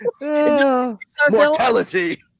Mortality